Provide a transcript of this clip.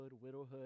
widowhood